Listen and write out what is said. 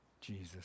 Jesus